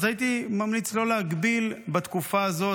אז הייתי ממליץ לא להגביל בתקופה הזאת,